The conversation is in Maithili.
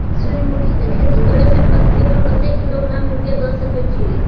सूर्यमुखी के खेती करे से प्रति एकर कतेक किलोग्राम यूरिया द सके छी?